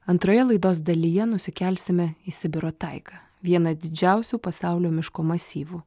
antroje laidos dalyje nusikelsime į sibiro taiką vieną didžiausių pasaulio miško masyvų